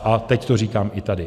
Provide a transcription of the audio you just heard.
A teď to říkám i tady.